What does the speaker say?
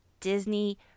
disney